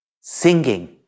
singing